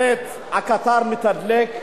הקטר מתדלק,